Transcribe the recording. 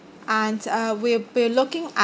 and uh we'll be looking at